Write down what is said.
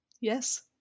Yes